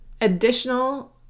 additional